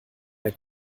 der